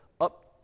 up